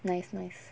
nice nice